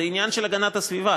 זה עניין של הגנת הסביבה,